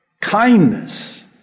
kindness